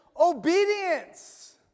Obedience